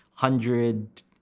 hundred